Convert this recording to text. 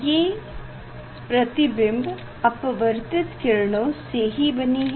ये प्रतिबंब अपवर्तित किरणों से ही बनी है